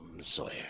Sawyer